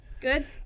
Good